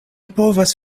povas